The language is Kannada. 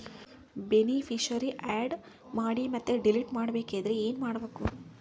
ಬೆನಿಫಿಶರೀ, ಆ್ಯಡ್ ಮಾಡಿ ಮತ್ತೆ ಡಿಲೀಟ್ ಮಾಡಬೇಕೆಂದರೆ ಏನ್ ಮಾಡಬೇಕು?